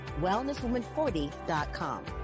wellnesswoman40.com